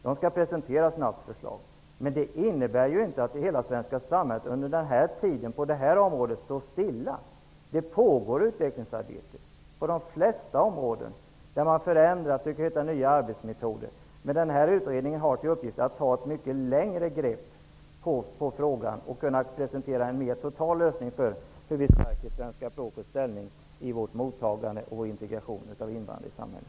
Det skall presenteras ett snabbt förslag. Men det innebär inte att hela det svenska samhället under tiden står stilla på det här området. Det pågår ett utvecklingsarbete på de flesta områden. Man genomför förändringar och försöker att hitta nya arbetsmetoder. Denna utredning har till uppgift att ta ett mycket mer omfattande grepp och att presentera en mer total lösning för hur man skall stärka svenska språkets ställning vid flyktingmottagandet och vid integration av invandrare i samhället.